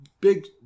Big